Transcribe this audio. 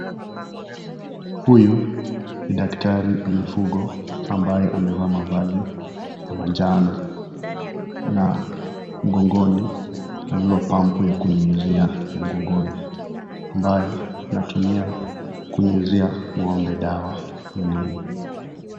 Huyu ni daktari wa mifugo ambaye amevaa mavazi ya manjano na mgongoni amebeba pampu ya kunyunyizia ya mgongoni, ambayo inatumia kunyunyizia ng'ombe dawa mwilini.